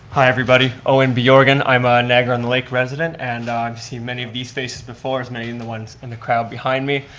hi everybody, owen bjorgan, i'm a niagara-on-the-lake resident and i've seen many of these faces before as many in the ones in the crowd behind me.